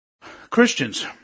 Christians